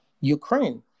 Ukraine